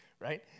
right